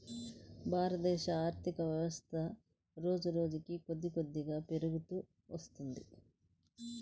భారతదేశ ఆర్ధికవ్యవస్థ రోజురోజుకీ కొద్దికొద్దిగా పెరుగుతూ వత్తున్నది